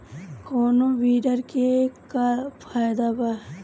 कौनो वीडर के का फायदा बा?